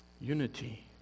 Unity